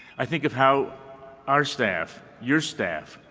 i think of how our staff, your staff,